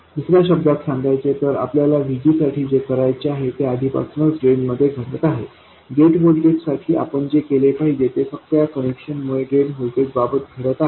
दुसऱ्या शब्दांत सांगायचे तर आपल्याला VG साठी जे काय करायचे आहे ते आधीपासूनच ड्रेन मध्ये घडत आहे गेट व्होल्टेज साठी आपण जे केले पाहिजे ते फक्त या कनेक्शनमुळे ड्रेन व्होल्टेज बाबत घडत आहे